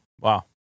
Wow